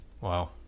Wow